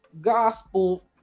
gospel